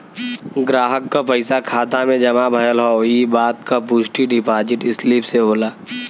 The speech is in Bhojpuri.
ग्राहक क पइसा खाता में जमा भयल हौ इ बात क पुष्टि डिपाजिट स्लिप से होला